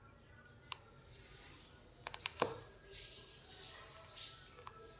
ಮೇನಗಳನ್ನ ಬಳಿಯೊಳಗ ಹಿಡ್ಯಾಕ್ ಒಂದು ಶಾಶ್ವತ ಬಲಿ ಮತ್ತ ಮಡಕಿ ಬಲಿಗಳನ್ನ ಉಪಯೋಗಸ್ತಾರ